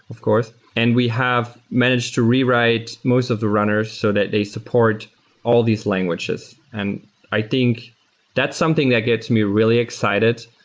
of course, and we have managed to rewrite most of the runners so that they support all these languages. and i think that's something that gets me really excited,